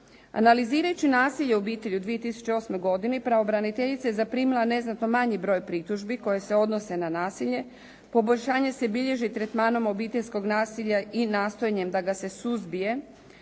Analizirajući nasilje u obitelji u 2008. godini pravobraniteljica je zaprimila neznatno manji broj pritužbi koje se odnose na nasilje. Poboljšanje se bilježi tretmanom obiteljskog nasilja i nastojanjem da ga se suzbije.